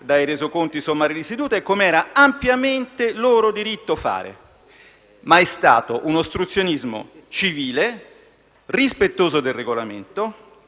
dai resoconti sommari di seduta e com'era ampiamente loro diritto fare. Ma si è trattato di un ostruzionismo civile, rispettoso del Regolamento